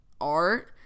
art